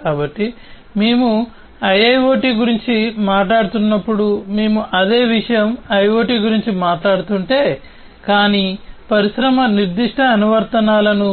కాబట్టి మేము IIoT గురించి మాట్లాడుతున్నప్పుడు మేము అదే విషయం IoT గురించి మాట్లాడుతుంటే కానీ పరిశ్రమ నిర్దిష్ట అనువర్తనాలను